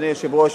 אדוני היושב-ראש,